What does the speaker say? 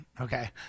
okay